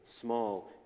small